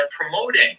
promoting